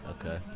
Okay